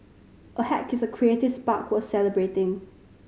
a hack is a creative spark worth celebrating